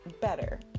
better